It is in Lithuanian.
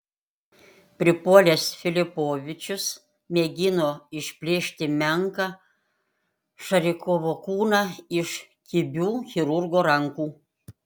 pripuolęs filipovičius mėgino išplėšti menką šarikovo kūną iš kibių chirurgo rankų